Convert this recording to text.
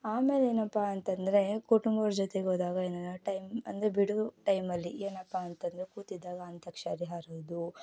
ಆಮೇಲೇನಪ್ಪ ಅಂತಂದರೆ ಕುಟುಂಬವ್ರ ಜೊತೆಗೆ ಹೋದಾಗ ಏನಂದರೆ ಟೈಮ್ ಅಂದರೆ ಬಿಡುವು ಟೈಮಲ್ಲಿ ಏನಪ್ಪ ಅಂತಂದರೆ ಕೂತಿದ್ದಾಗ ಅಂತ್ಯಾಕ್ಷರಿ ಹಾಡೋದು